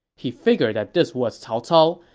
he figured that this was cao cao,